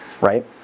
right